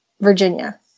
Virginia